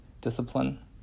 discipline